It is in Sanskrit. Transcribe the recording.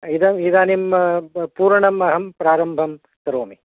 इदम् इदानीं पूरणम् अहं प्रारम्भं करोमि